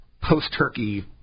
post-Turkey